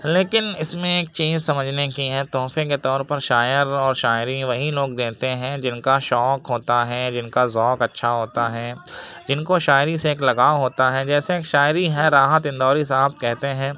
لیکن اس میں ایک چیز سمجھنے کی ہے تحفے کے طور پر شاعر اور شاعری وہی لوگ دیتے ہیں جن کا شوق ہوتا ہے جن کا ذوق اچھا ہوتا ہے جن کو شاعری سے ایک لگاؤ ہوتا ہے جیسے ایک شاعری ہے راحت اندوری صاحب کہتے ہیں